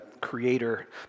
creator